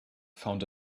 found